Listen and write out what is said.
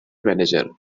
manager